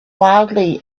wildly